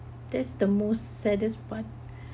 that's the most saddest part